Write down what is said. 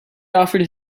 offered